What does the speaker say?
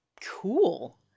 Cool